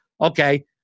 okay